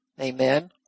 Amen